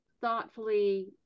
thoughtfully